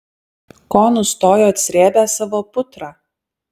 ko nustojot srėbę savo putrą